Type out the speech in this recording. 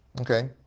Okay